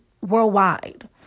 worldwide